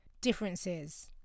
differences